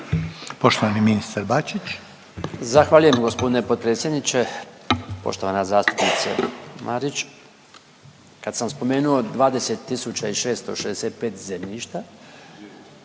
**Bačić, Branko (HDZ)** Zahvaljujem gospodine potpredsjedniče. Poštovana zastupnice Marić, kad sam spomenuo 20.665 zemljišta,